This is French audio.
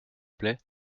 plaît